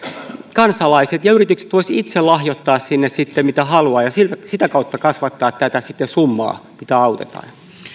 kansalaiset ja yritykset voisivat itse lahjoittaa sinne mitä haluavat ja sitä kautta kasvattaa sitten tätä summaa millä autetaan